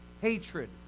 hatred